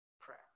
prayer